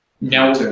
Now